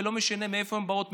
ולא משנה מאיפה הן באות,